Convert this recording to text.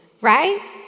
right